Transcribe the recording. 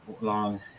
long